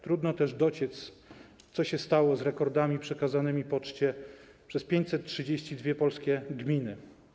Trudno też dociec, co stało się z rekordami przekazanymi poczcie przez 532 polskie gminy.